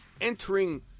entering